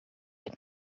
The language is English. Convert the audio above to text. can